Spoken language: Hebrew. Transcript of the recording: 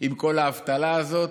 עם כל האבטלה הזאת?